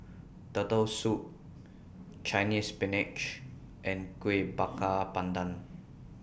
Turtle Soup Chinese Spinach and Kuih Bakar Pandan